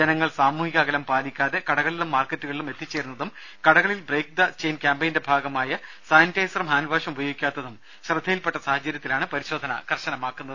ജനങ്ങൾ സാമൂഹിക അകലം പാലിക്കാതെ കടകളിലും മാർക്കറ്റുകളിലും എത്തിച്ചേരുന്നതും കടകളിൽ ബ്രെയ്ക്ക് ദ ചെയിൻ ക്യാംപിയന്റെ ഭാഗമായ സാനിറ്റൈസറും ഹാന്റ് വാഷും ഉപയോഗിക്കാത്തതും ശ്രദ്ധയിൽപ്പെട്ട സാഹചര്യത്തിലാണ് പരിശോധന കർശനമാക്കുന്നത്